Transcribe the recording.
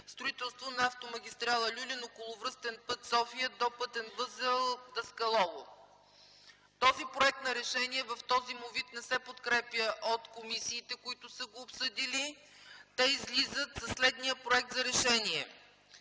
„Строителство на автомагистрала „Люлин” – околовръстен път София до пътен възел „Даскалово”.” Този проект за решение в този му вид не се подкрепя от комисиите, които са го обсъдили. Те излизат със следния проект за решение: